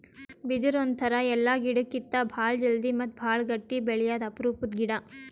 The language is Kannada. ಬಿದಿರ್ ಒಂಥರಾ ಎಲ್ಲಾ ಗಿಡಕ್ಕಿತ್ತಾ ಭಾಳ್ ಜಲ್ದಿ ಮತ್ತ್ ಭಾಳ್ ಗಟ್ಟಿ ಬೆಳ್ಯಾದು ಅಪರೂಪದ್ ಗಿಡಾ